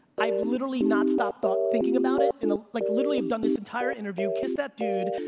i've literally not stopped ah thinking about it. and ah like literally i've done this entire interview, kiss that dude,